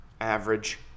average